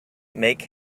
make